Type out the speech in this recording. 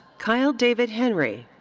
kyle david henry.